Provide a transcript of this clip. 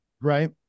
Right